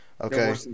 okay